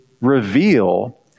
reveal